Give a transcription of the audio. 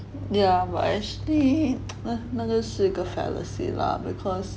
yeah but actually 那个是一个 fallacy lah because